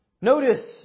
Notice